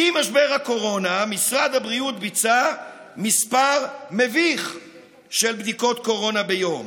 בשיא משבר הקורונה משרד הבריאות ביצע מספר מביך של בדיקות קורונה ביום.